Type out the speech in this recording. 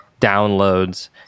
downloads